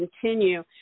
continue